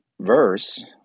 verse